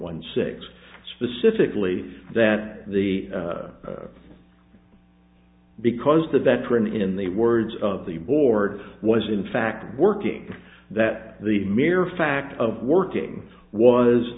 one six specifically that the because the veteran in the words of the board was in fact working that the mere fact of working was